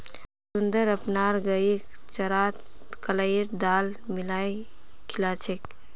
सुंदर अपनार गईक चारात कलाईर दाल मिलइ खिला छेक